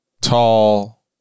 tall